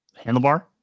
Handlebar